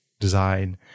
design